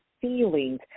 feelings